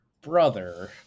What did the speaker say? Brother